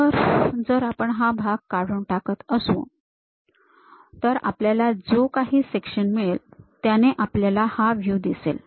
तर जर आपण हा भाग काढून टाकत असू तर आपल्याला जो काही सेक्शन मिळेल त्याने आपल्याला हा व्ह्यू दिसेल